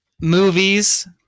movies